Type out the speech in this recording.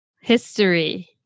history